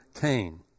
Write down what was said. Cain